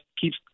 keeps